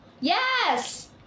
Yes